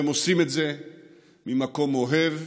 הם עושים את זה ממקום אוהב,